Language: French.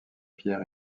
pierre